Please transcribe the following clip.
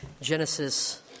Genesis